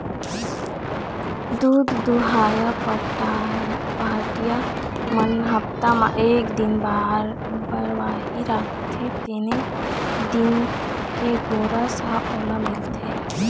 दूद दुहइया पहाटिया मन हप्ता म एक दिन बरवाही राखते तेने दिन के गोरस ह ओला मिलथे